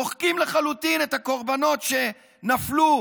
מוחקים לחלוטין את הקורבנות שנפלו